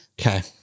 Okay